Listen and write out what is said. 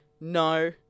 No